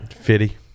Fitty